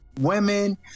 women